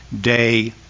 day